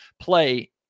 play